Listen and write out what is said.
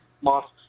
mosques